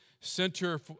center